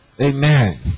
Amen